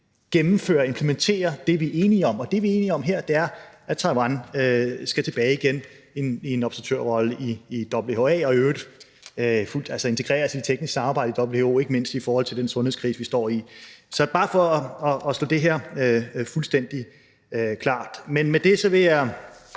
gennemfører og implementerer det, vi er enige om. Og det, vi er enige om her, er, at Taiwan skal tilbage igen i en observatørrolle i WHA og i øvrigt altså integreres i det tekniske samarbejde i WHO, ikke mindst i forhold til den sundhedskrise, vi står i. Det er bare for at få det fuldstændig klart her. Men med det vil jeg